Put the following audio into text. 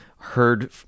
Heard